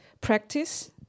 practice